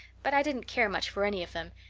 but i didn't care much for any of them,